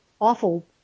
awful